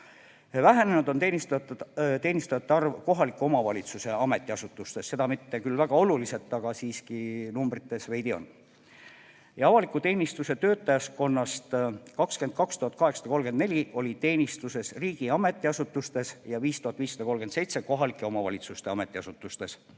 Vähenenud on teenistujate arv kohaliku omavalitsuse ametiasutustes, seda mitte küll väga oluliselt, aga veidi siiski. Avaliku teenistuse töötajaskonnast 22 834 oli teenistuses riigi ametiasutustes ja 5537 kohalike omavalitsuste ametiasutustes.